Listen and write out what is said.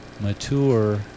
mature